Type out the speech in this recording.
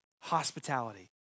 hospitality